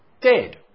Dead